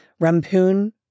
Rampoon